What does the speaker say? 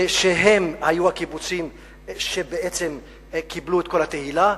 שהם היו הקיבוצים שבעצם קיבלו את כל התהילה.